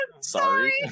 sorry